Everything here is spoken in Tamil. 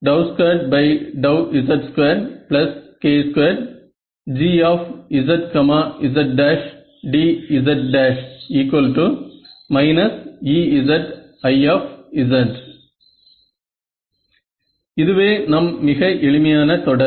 1 LA2LA2IAz2z2k2Gzzdz Ezi இதுவே நம் மிக எளிமையான தொடர்